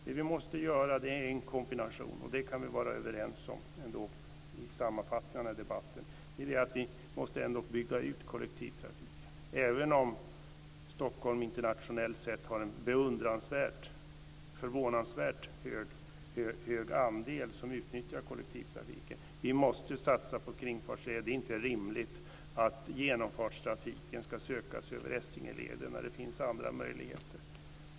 Det vi måste göra är en kombination. Det kan vi vara överens om i en sammanfattning av den här debatten. Vi måste bygga ut kollektivtrafiken, även om det i Stockholm internationellt sett är en förvånansvärt hög andel som utnyttjar kollektivtrafiken. Vi måste satsa på kringfartsleder. Det är inte rimligt att genomfartstrafiken ska söka sig över Essingeleden när det finns andra möjligheter.